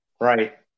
Right